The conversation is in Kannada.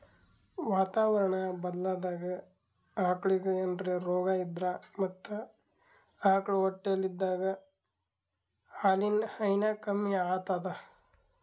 ವಾತಾವರಣಾ ಬದ್ಲಾದಾಗ್ ಆಕಳಿಗ್ ಏನ್ರೆ ರೋಗಾ ಇದ್ರ ಮತ್ತ್ ಆಕಳ್ ಹೊಟ್ಟಲಿದ್ದಾಗ ಹಾಲಿನ್ ಹೈನಾ ಕಮ್ಮಿ ಆತದ್